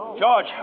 George